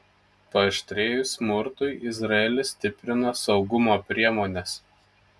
paaštrėjus smurtui izraelis stiprina saugumo priemones